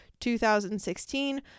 2016